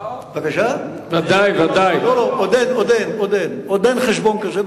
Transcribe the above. לא, עוד אין חשבון כזה.